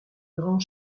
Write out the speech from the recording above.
grand